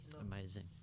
Amazing